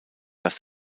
dass